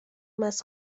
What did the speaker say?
más